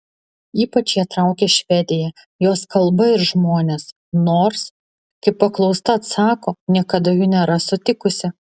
ypač ją traukia švedija jos kalba ir žmonės nors kaip paklausta atsako niekada jų nėra sutikusi